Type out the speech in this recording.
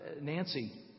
Nancy